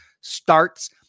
starts